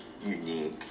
unique